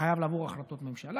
זה חייב לעבור החלטות ממשלה,